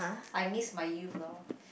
I miss my youth lor